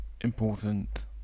important